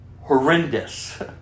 horrendous